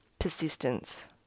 persistence